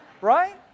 Right